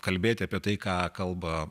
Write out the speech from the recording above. kalbėti apie tai ką kalba